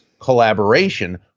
collaboration